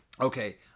Okay